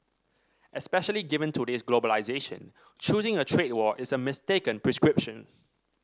especially given today's globalisation choosing a trade war is a mistaken prescription